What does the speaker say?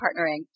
partnering